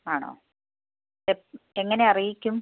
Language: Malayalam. ആണോ എങ്ങനെ അറിയിക്കും